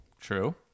True